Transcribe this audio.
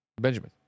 Benjamin